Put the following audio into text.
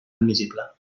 admissible